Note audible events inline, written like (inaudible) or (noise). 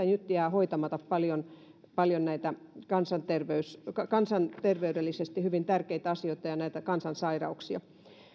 (unintelligible) nyt jää hoitamatta paljon paljon näitä kansanterveydellisesti kansanterveydellisesti hyvin tärkeitä asioita ja kansansairauksia